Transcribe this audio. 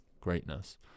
greatness